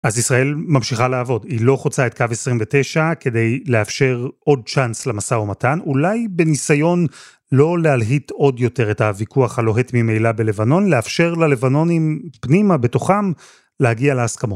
אז ישראל ממשיכה לעבוד, היא לא חוצה את קו 29 כדי לאפשר עוד צ'אנס למשא ומתן, אולי בניסיון לא להלהיט עוד יותר את הוויכוח הלוהט ממילא בלבנון, לאפשר ללבנונים פנימה, בתוכם, להגיע להסכמות.